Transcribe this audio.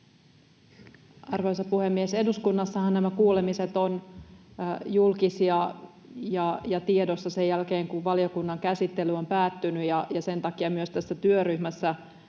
Arvoisa puhemies! Eduskunnassahan nämä kuulemiset ovat julkisia ja tiedossa sen jälkeen, kun valiokunnan käsittely on päättynyt, ja sen takia myös tässä työryhmässä